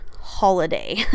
holiday